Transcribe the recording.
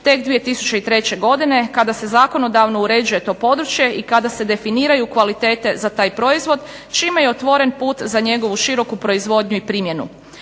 tek 2003. godine kada se zakonodavno uređuje to područje i kada se definiraju kvalitete za taj proizvod čime je otvoren put za njegovu široku proizvodnju i primjenu.